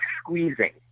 squeezing